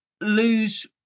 lose